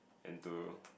and to